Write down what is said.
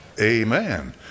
Amen